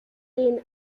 den